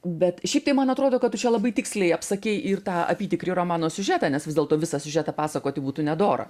bet šiaip tai man atrodo kad tu čia labai tiksliai apsakei ir tą apytikrį romano siužetą nes vis dėlto visą siužetą pasakoti būtų nedora